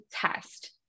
test